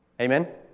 Amen